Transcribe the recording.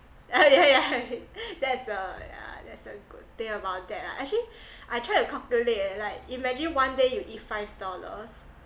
uh yeah yeah that's a yeah that's a good thing about that lah actually I try to calculate like imagine one day you eat five dollars